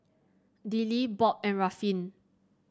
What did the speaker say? Dillie Bob and Ruffin